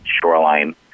shoreline